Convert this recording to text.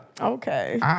Okay